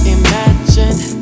imagined